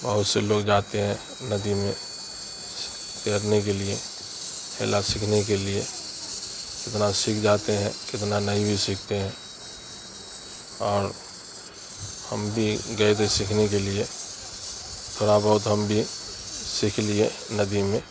بہت سے لوگ جاتے ہیں ندی میں تیرنے کے لیے ہیلا سیکھنے کے لیے کتنا سیکھ جاتے ہیں کتنا نہیں بھی سیکھتے ہیں اور ہم بھی گئے تھے سیکھنے کے لیے تھوڑا بہت ہم بھی سیکھ لیے ندی میں